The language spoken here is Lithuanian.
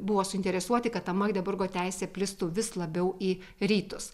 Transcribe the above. buvo suinteresuoti kad ta magdeburgo teisė plistų vis labiau į rytus